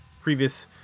previous